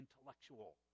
intellectual